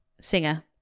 singer